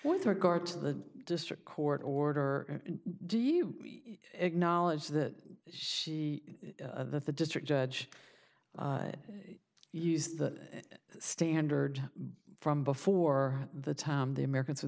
with regard to the district court order do you acknowledge that she that the district judge use the standard from before the time the americans